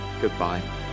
goodbye